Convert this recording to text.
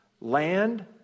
Land